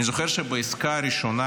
אני זוכר שבעסקה הראשונה,